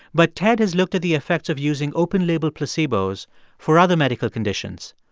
but ted has looked at the effects of using open-label placebos for other medical conditions.